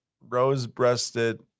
rose-breasted